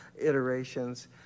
iterations